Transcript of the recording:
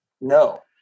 No